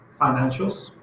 financials